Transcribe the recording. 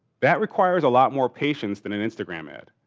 that requires a lot more patience than an instagram ad.